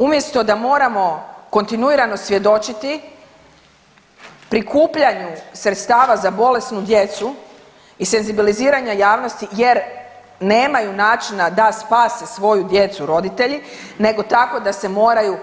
Umjesto da moramo kontinuirano svjedočiti prikupljanju sredstava za bolesnu djecu i senzibiliziranja javnosti jer nemaju načina da spase svoju djecu roditelji nego tako da se moraju